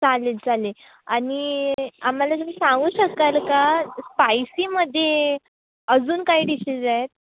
चालेल चालेल आणि आम्हाला तुम्ही सांगू शकाल का स्पायसीमध्ये अजून काय डिशेस आहेत